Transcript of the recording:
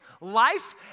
life